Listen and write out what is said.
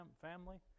family